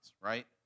right